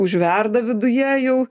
užverda viduje jau